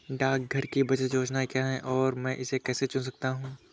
डाकघर की बचत योजनाएँ क्या हैं और मैं इसे कैसे चुन सकता हूँ?